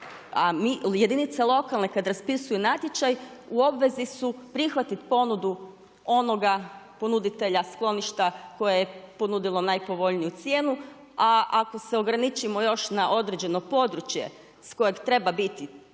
A jedinice lokalne kada raspisuju natječaj u obvezi su prihvatiti ponudu onoga ponuditelja skloništa koje je ponudilo najpovoljniju cijenu, a ako se ograničimo još na određeno područje s kojeg treba biti